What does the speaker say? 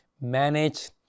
manage